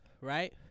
right